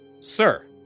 Sir